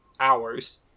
hours